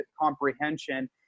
comprehension